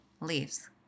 leaves